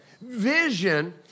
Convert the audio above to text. Vision